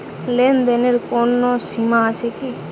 লেনদেনের কোনো সীমা আছে কি?